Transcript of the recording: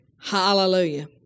Hallelujah